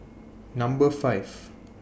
Number five